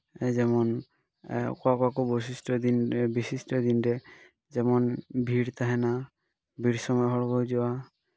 ᱡᱮᱢᱚᱱ ᱚᱠᱚᱭ ᱠᱚᱠᱚ ᱵᱳᱭᱥᱤᱥᱴᱚ ᱫᱤᱱ ᱵᱤᱥᱤᱥᱴᱚ ᱫᱤᱱ ᱨᱮ ᱡᱮᱢᱚᱱ ᱵᱷᱤᱲ ᱛᱟᱦᱮᱱᱟ ᱵᱷᱤᱲ ᱥᱚᱢᱚᱭ ᱦᱚᱲ ᱠᱚ ᱦᱤᱡᱩᱜᱼᱟ